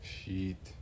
Sheet